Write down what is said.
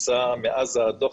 מקצה מאז הדוח,